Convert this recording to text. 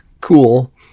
cool